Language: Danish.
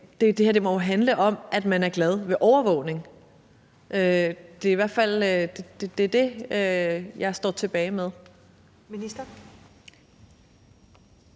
det her må jo handle om, at man er glad for overvågning. Det er det, jeg står tilbage med.